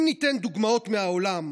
אם ניתן דוגמאות מהעולם,